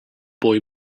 boy